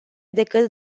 decât